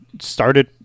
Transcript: started